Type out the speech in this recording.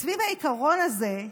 סביב העיקרון הזה,